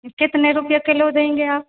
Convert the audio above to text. कितने रुपये किलो देंगे आप